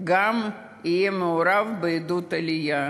גם יהיה מעורב בעידוד העלייה,